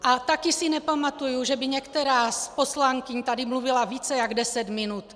A taky si nepamatuju, že by některá z poslankyň tady mluvila více než deset minut.